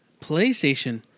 PlayStation